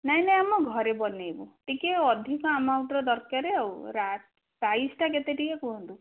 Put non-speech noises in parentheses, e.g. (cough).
ନାହିଁ ନାହିଁ ଆମ ଘରେ ବନେଇବୁ ଟିକିଏ ଅଧିକ ଆମାଉଣ୍ଟର ଦରକାର ଆଉ (unintelligible) ପ୍ରାଇସ୍ଟା କେତେ ଟିକିଏ କୁହନ୍ତୁ